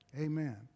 Amen